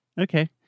Okay